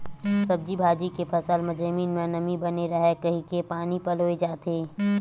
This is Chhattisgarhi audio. सब्जी भाजी के फसल म जमीन म नमी बने राहय कहिके पानी पलोए जाथे